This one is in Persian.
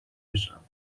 بشم